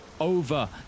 over